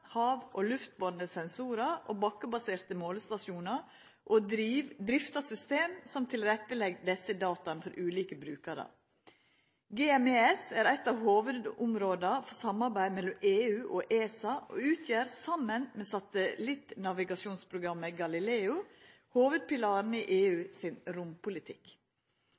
sensorar og bakkebaserte målestasjonar og å drifta system som tilrettelegg desse data for ulike brukarar. GMES er eit av hovudområda for samarbeid mellom EU og ESA og utgjer – saman med satellittnavigasjonsprogrammet Galileo – hovudpilaren i EU sin rompolitikk.